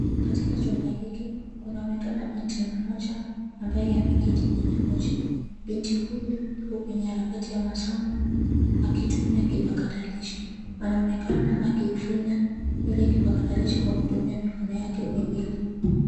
Katika chumba hiki kunaonekana binti mmoja ambaye ameketi kwenye kochi. Binti huyu yuko kwenye harakati ya masomo akitumia kipakatalishi. Anaonekana akiufinya ule kipakatalishi kwa kutumia mikono yake miwili.